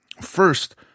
first